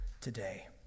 today